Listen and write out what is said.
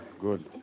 Good